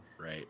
Right